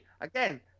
Again